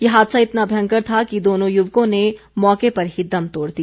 ये हादसा इतना भयंकर था कि दोनों युवकों ने मौके पर ही दम तोड़ दिया